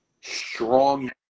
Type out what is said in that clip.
strong